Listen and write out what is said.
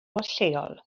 lleol